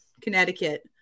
Connecticut